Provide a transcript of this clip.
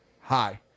hi